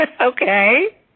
okay